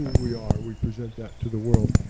we are we present that to the world.